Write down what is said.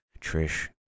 trish